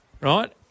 Right